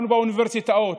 אנחנו באוניברסיטאות,